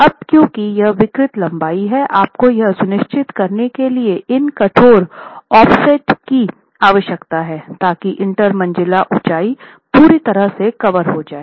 अब क्यूंकि यह विकृत लंबाई है आपको यह सुनिश्चित करने के लिए इन कठोर ऑफ़सेट्स की आवश्यकता है ताकि इंटर मंजिला ऊंचाई पूरी तरह से कवर हो जाये